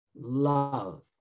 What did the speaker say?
love